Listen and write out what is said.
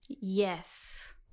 Yes